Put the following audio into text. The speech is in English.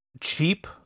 cheap